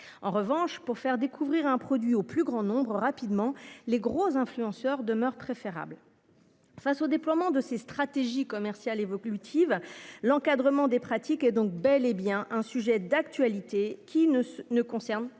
en revanche pour faire découvrir un produit au plus grand nombre rapidement les gros influenceurs demeure préférable. Face au déploiement de ces stratégies commerciales évoque l'utile à l'encadrement des pratiques et donc bel et bien un sujet d'actualité qui ne ne concerne pas